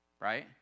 Right